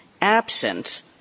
absent